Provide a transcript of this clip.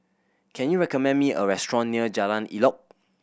can you recommend me a restaurant near Jalan Elok